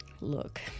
Look